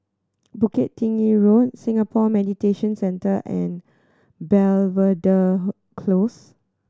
Bukit Tinggi Road Singapore Mediation Centre and Belvedere Close